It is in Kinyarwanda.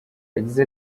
yagize